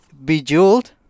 Bejeweled